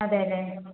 അതെ അതെ